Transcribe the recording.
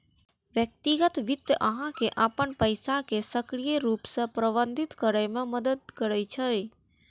व्यक्तिगत वित्त अहां के अपन पैसा कें सक्रिय रूप सं प्रबंधित करै मे मदति करै छै